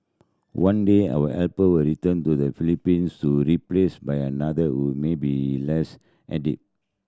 one day our helper will return to the Philippines to replace by another who may be less